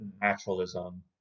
naturalism